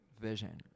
vision